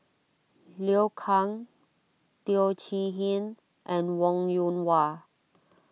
Liu Kang Teo Chee Hean and Wong Yoon Wah